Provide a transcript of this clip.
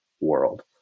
world